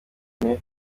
ine